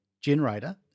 generator